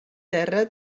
terra